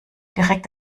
direkt